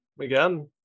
again